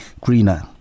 greener